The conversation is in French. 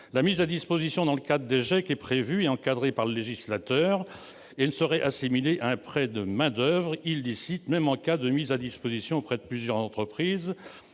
la mise à disposition dans le cadre des GEIQ est prévue et encadrée par le législateur et ne saurait être assimilée à un prêt de main-d'oeuvre illicite, même en cas de mise à disposition auprès de plusieurs entreprises,